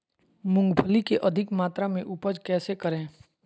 मूंगफली के अधिक मात्रा मे उपज कैसे करें?